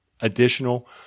additional